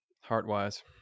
heart-wise